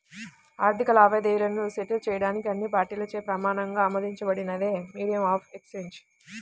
ఆర్థిక లావాదేవీలను సెటిల్ చేయడానికి అన్ని పార్టీలచే ప్రమాణంగా ఆమోదించబడినదే మీడియం ఆఫ్ ఎక్సేంజ్